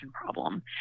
problem